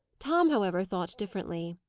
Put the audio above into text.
tom, however, thought differently.